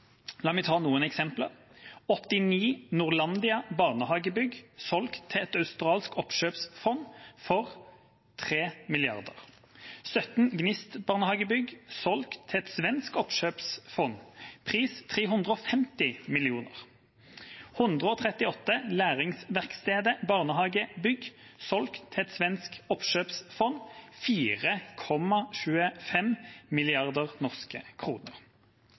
La meg ta noen eksempler: 89 Norlandia barnehagebygg, solgt til et australsk oppkjøpsfond for 3 mrd. kr 17 Gnist barnehagebygg, solgt til et svensk oppkjøpsfond for 350 mill. kr 138 Læringsverkstedet barnehagebygg, solgt til et svensk oppkjøpsfond for 4,25 mrd. norske kroner